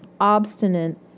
obstinate